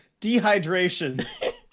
Dehydration